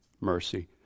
mercy